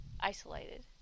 isolated